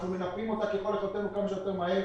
אנחנו ממפים כמה שיותר מהר.